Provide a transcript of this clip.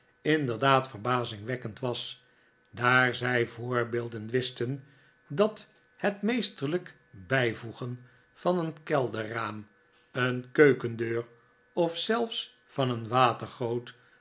inderdaad verbazingwekkend was daar zij voorbeelden wisten dat het meesterlijk bijvoegen van een kelderraam een keukendeur of zelfs van een